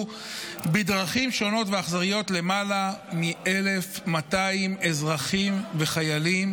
בדרכים שונות ואכזריות למעלה מ-1,200 אזרחים וחיילים,